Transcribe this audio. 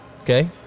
Okay